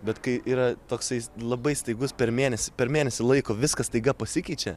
bet kai yra toksai labai staigus per mėnesį per mėnesį laiko viskas staiga pasikeičia